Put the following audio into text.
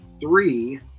three